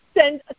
send